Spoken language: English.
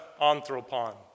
anthropon